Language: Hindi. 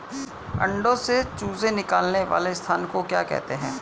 अंडों से चूजे निकलने वाले स्थान को क्या कहते हैं?